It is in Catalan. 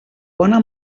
bona